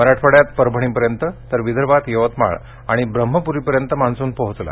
मराठवाड्यात परभणीपर्यंत तर विदर्भात यवतमाळ आणि ब्रह्मप्रीपर्यंत मान्सुन पोहोचला